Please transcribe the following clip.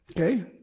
okay